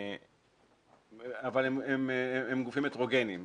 אבל הם גופים הטרוגניים,